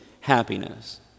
happiness